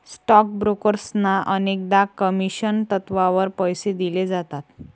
stock ब्रोकर्सना अनेकदा commission तत्त्वावर पैसे दिले जातात